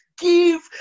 Give